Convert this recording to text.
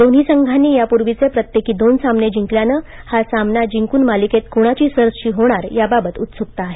दोन्ही संघांनी यापूर्वीचे प्रत्येकी दोन सामने जिंकल्यानं पाचवा सामना जिंकून मालिकेत कुणाची सरशी होणार याबाबत उत्सुकता आहे